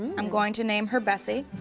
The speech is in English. i'm going to name her bessie.